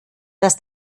dass